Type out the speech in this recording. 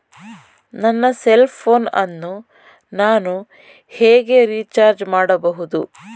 ನನ್ನ cell phone ಅನ್ನು ನಾನು ಹೇಗೆ ರಿಚಾರ್ಜ್ ಮಾಡಬಹುದು?